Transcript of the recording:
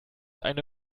eine